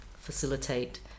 facilitate